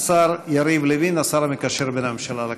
השר יריב לוין, השר המקשר בין הממשלה לכנסת.